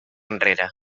enrere